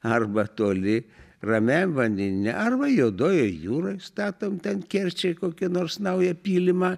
arba toli ramiajam vandenyne arba juodojoj jūroj statom ten kerčėj kokią nors naują pylimą